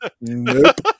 Nope